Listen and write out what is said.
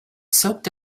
soaked